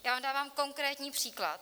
Já vám dávám konkrétní příklad.